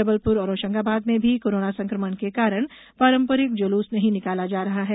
जबलपुर और होशंगाबाद में भी कोरोना संकमण के कारण पारंपरिक जुलुस नहीं निकाला जा रहा है